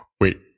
Wait